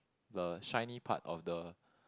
the shiny part of the